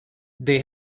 they